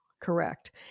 correct